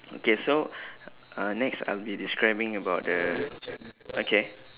okay so uh next I will be describing about the okay